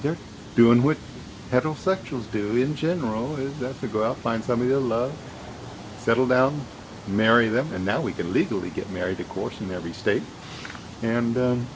they're doing with heterosexuals do in general is that to go out find somebody a love settle down marry them and now we can legally get married of course in every state and